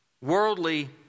worldly